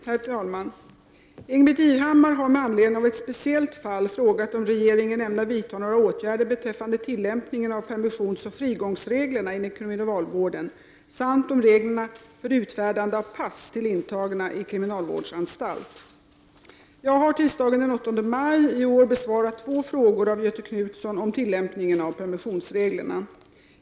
Herr talman! Ingbritt Irhammar har med anledning av ett speciellt fall frågat om regeringen ämnar vidta några åtgärder beträffande tillämpningen av permissionsoch frigångsreglerna inom kriminalvården, samt om reglerna för utfärdande av pass till intagna i kriminalvårdsanstalt. Jag har tisdagen den 8 maj 1990 besvarat två frågor av Göthe Knutson om tillämpningen av permissionsreglerna.